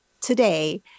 today